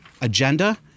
agenda